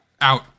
out